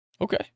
Okay